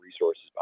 resources